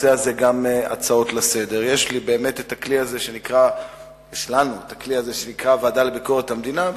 יש לנו באמת הכלי הזה שנקרא הוועדה לביקורת המדינה,